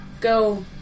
go